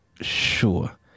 sure